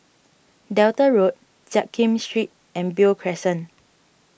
Delta Road Jiak Kim Street and Beo Crescent